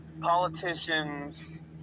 Politicians